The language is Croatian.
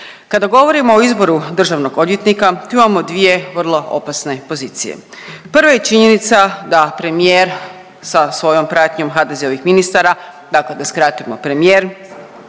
Kada govorimo o izboru državnog odvjetnika tu imamo dvije vrlo opasne pozicije. Prvo je činjenica da premijer sa svojom pratnjom HDZ-ovih ministara, dakle da skratimo premijer